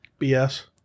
BS